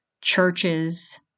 churches